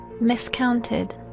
miscounted